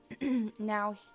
now